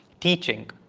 teaching